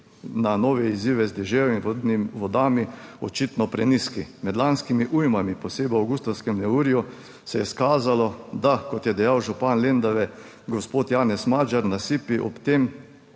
na nove izzive z deževjem in vodnimi vodami, očitno prenizki. Med lanskimi ujmami, posebej v avgustovskem neurju se je izkazalo, da, kot je dejal župan Lendave gospod Janez Madžar, nasipi ob tem